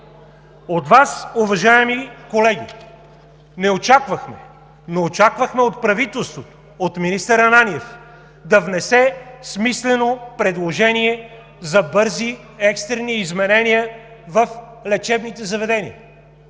От Вас, уважаеми колеги, не очаквахме, но очаквахме от правителството, от министър Ананиев да внесе смислено предложение за бързи, екстрени изменения в лечебните заведения,